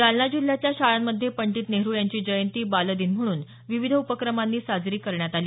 जालना जिल्ह्यातल्या शाळांमध्ये पंडित नेहरु यांची जयंती बाल दिन म्हणून विविध उपक्रमांनी साजरी करण्यात आली